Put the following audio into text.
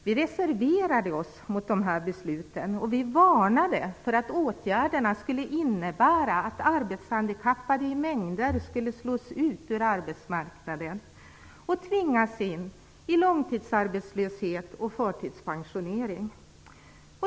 Vi reserverade oss mot besluten och varnade för att åtgärderna skulle innebära att arbetshandikappade i mängder skulle slås ut från arbetsmarknaden och tvingas in i långtidsarbetslöshet och förtidspensionering.